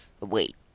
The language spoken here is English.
wait